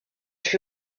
fut